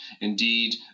Indeed